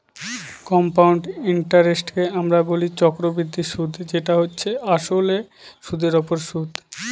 compound ইন্টারেস্টকে আমরা বলি চক্রবৃদ্ধি সুদ যেটা হচ্ছে আসলে সুধের ওপর সুদ